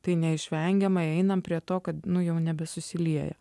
tai neišvengiamai einam prie to kad nu jau nebe susilieja